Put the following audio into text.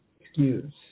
excuse